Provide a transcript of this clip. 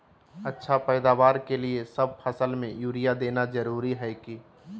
अच्छा पैदावार के लिए सब फसल में यूरिया देना जरुरी है की?